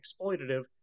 exploitative